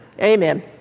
Amen